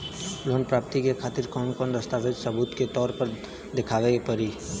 Loan प्राप्ति के खातिर कौन कौन दस्तावेज सबूत के तौर पर देखावे परी?